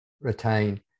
retain